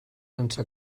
sense